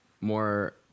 more